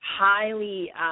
highly